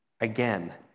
Again